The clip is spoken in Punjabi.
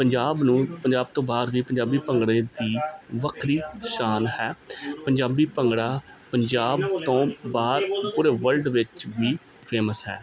ਪੰਜਾਬ ਨੂੰ ਪੰਜਾਬ ਤੋਂ ਬਾਹਰ ਵੀ ਪੰਜਾਬੀ ਭੰਗੜੇ ਦੀ ਵੱਖਰੀ ਸ਼ਾਨ ਹੈ ਪੰਜਾਬੀ ਭੰਗੜਾ ਪੰਜਾਬ ਤੋਂ ਬਾਹਰ ਪੂਰੇ ਵਰਲਡ ਵਿੱਚ ਵੀ ਫੇਮਸ ਹੈ